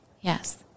Yes